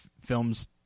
films